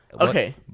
Okay